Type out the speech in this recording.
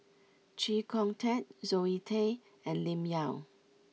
Chee Kong Tet Zoe Tay and Lim Yau